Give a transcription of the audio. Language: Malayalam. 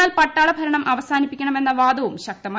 എന്നാൽ പട്ടാള ഭരണം അവസാനിപ്പിക്കണമെന്ന വാദവും ശക്തമായി